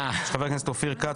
של חבר הכנסת אופיר כץ,